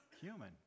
Human